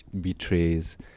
betrays